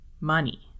Money